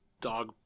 dog